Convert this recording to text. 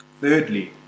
thirdly